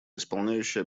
исполняющий